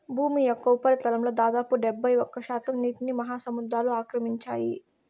భూమి యొక్క ఉపరితలంలో దాదాపు డెబ్బైఒక్క శాతం నీటిని మహాసముద్రాలు ఆక్రమించాయి